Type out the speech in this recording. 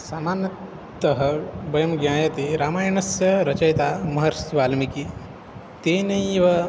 सामान्यतः वयं ज्ञायते रामायणस्य रचयिता महर्षिः वाल्मिकिः तेनैव